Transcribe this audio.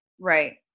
Right